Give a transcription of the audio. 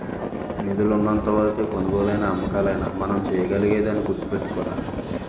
నిధులు ఉన్నంత వరకే కొనుగోలైనా అమ్మకాలైనా మనం చేయగలిగేది అని గుర్తుపెట్టుకోరా